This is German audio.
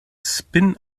spin